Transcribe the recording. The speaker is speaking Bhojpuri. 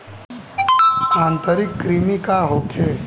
आंतरिक कृमि का होखे?